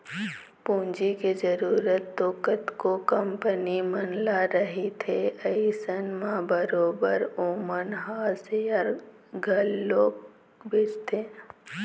पूंजी के जरुरत तो कतको कंपनी मन ल रहिथे अइसन म बरोबर ओमन ह सेयर घलोक बेंचथे